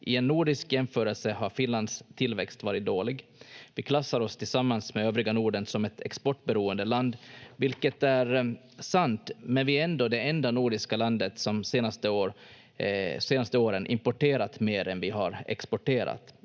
I en nordisk jämförelse har Finlands tillväxt varit dålig. Vi klassar oss tillsammans med övriga Norden som ett exportberoende land, vilket är sant, men vi är ändå det enda nordiska landet som de senaste åren importerat mer än vi har exporterat.